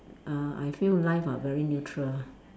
uh I feel life are very neutral lah